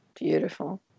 Beautiful